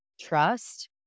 trust